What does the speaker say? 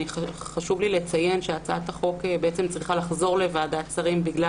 חשוב לי לציין שהצעת החוק צריכה לחזור לוועדת שרים בגלל